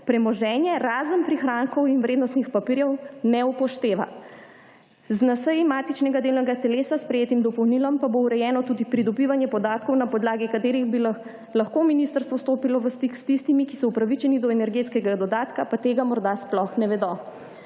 premoženje razen prihrankov in vrednostnih papirjev ne upošteva. Z na seji matičnega delovnega telesa sprejetim dopolnilom pa bo urejeno tudi pridobivanje podatkov, na podlagi katerih bi lahko ministrstvo stopilo v stik s tistimi, ki so upravičeni do energetskega dodatka, pa tega morda sploh ne vedo.